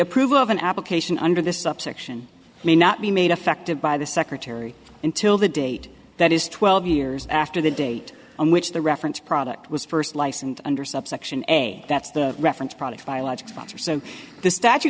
approval of an application under this subsection may not be made affected by the secretary until the date that is twelve years after the date on which the reference product was first license under subsection a that's the reference product biologic sponsor so the statu